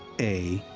a,